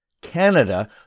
Canada